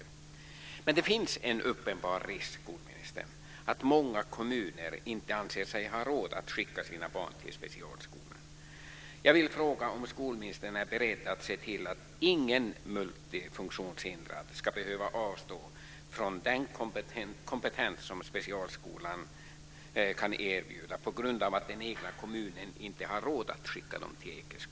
Det finns dock, skolministern, en uppenbar risk att många kommuner inte anser sig ha råd att skicka sina barn till specialskola. Är skolministern beredd att se till att inga multifunktionshindrade, på grund av att den egna kommunen inte har råd att skicka dessa barn till Ekeskolan, ska behöva avstå från den kompetens som specialskolan kan erbjuda?